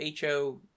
HO